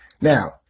Now